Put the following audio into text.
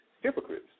hypocrites